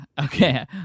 Okay